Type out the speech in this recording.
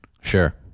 Sure